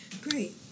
Great